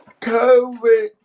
COVID